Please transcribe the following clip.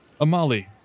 Amali